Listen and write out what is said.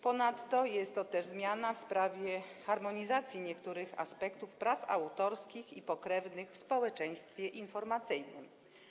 Ponadto jest to też zmiana w sprawie harmonizacji niektórych aspektów praw autorskich i pokrewnych w społeczeństwie informacyjnym.